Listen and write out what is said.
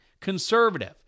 conservative